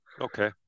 okay